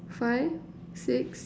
five six